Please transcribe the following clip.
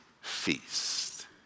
feast